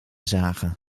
zagen